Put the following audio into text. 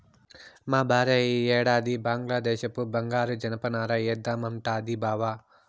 మా భార్య ఈ ఏడాది బంగ్లాదేశపు బంగారు జనపనార ఏద్దామంటాంది బావ